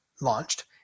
launched